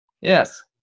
Yes